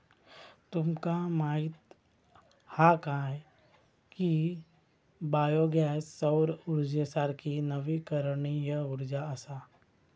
तुमका माहीत हा काय की बायो गॅस सौर उर्जेसारखी नवीकरणीय उर्जा असा?